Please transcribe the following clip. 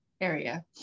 area